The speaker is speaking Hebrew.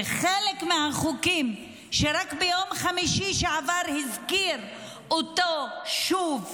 וחלק מהחוקים, רק ביום חמישי שעבר הזכיר אותם שוב